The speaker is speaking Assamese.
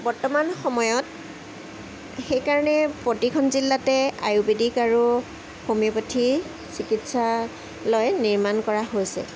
বৰ্তমান সময়ত সেইকাৰণে প্ৰতিখন জিলাতে আয়ুৰ্বেদিক আৰু হোমিওপেথি চিকিৎসালয় নিৰ্মাণ কৰা হৈছে